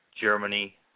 Germany